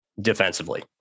defensively